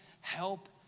help